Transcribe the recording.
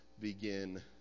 begin